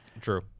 True